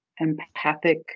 empathic